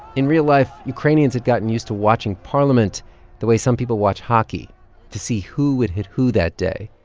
in real life, ukrainians had gotten used to watching parliament the way some people watch hockey to see who would hit who that day.